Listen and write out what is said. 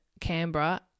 Canberra